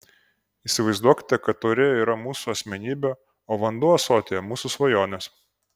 įsivaizduokite kad taurė yra mūsų asmenybė o vanduo ąsotyje mūsų svajonės